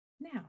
Now